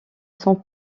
son